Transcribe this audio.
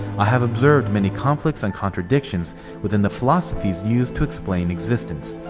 i have observed many conflicts and contradictions within the philosophies used to explain existence.